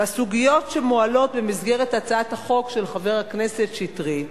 והסוגיות שמועלות במסגרת הצעת החוק של חבר הכנסת שטרית